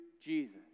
Jesus